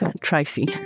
Tracy